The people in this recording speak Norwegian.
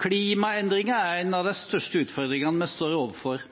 Klimaendringer er en av de største utfordringene vi står overfor.